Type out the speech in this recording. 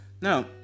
Now